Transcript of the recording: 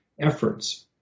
efforts